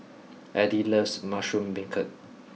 Edith loves Mushroom Beancurd